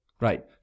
Right